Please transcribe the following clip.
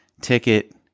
ticket